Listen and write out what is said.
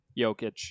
Jokic